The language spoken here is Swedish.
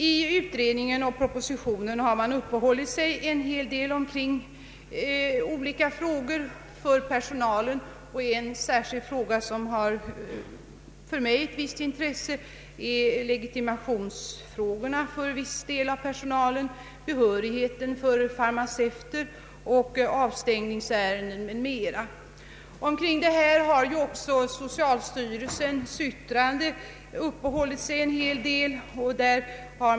I utredningen och propositionen har man ägnat särskilt intresse åt legitimationsfrågorna för viss del av personalen, behörigheten för famaceuter, avstängningsärenden m.m. Socialstyrelsen har i sitt yttrande också uppehållit sig vid denna fråga.